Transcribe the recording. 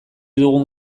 dugun